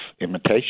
imitation